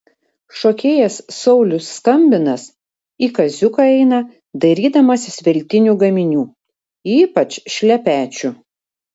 šokėjas saulius skambinas į kaziuką eina dairydamasis veltinių gaminių ypač šlepečių